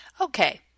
Okay